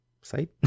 site